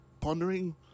pondering